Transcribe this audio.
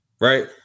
Right